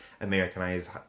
Americanized